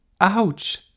Ouch